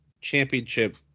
championship